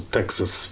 Texas